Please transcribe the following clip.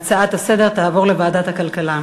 ההצעה לסדר-היום תעבור לוועדת הכלכלה.